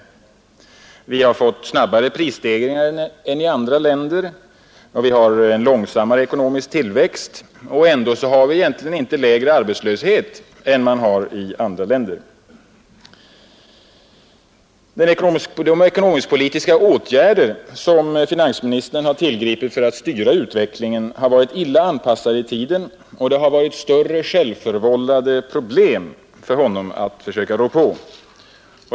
Vi har fått snabbare prisstegringar än andra länder, och vi har en långsammare ekonomisk tillväxt, och ändå har vi egentligen inte lägre arbetslöshet än man har i andra länder. De ekonomisk-politiska åtgärder som finansministern tillgripit för att styra utvecklingen har varit illa anpassade i tiden, och det har varit större självförvållade problem för finansministern att försöka rå på.